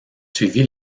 suivi